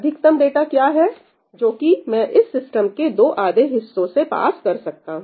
अधिकतम डाटा क्या है जो कि मैं इस सिस्टम के दो आधे हिस्सों से पास कर सकता हूं